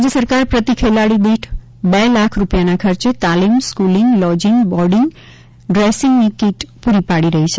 રાજ્ય સરકાર પ્રતિ ખેલાડી દીઠ બે લાખ રૂપિયાના ખર્ચે તાલીમ સ્કૂલિંગલોજીંગ ર્બોડિંગ ડ્રેસિંગ કીટ પુરી પાડી રહી છે